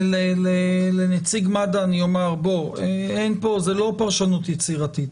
לנציג מד"א אני אומר בוא, זו לא פרשנות יצירתית.